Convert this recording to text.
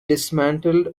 dismantled